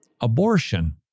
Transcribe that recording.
abortion